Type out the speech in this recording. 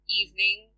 evening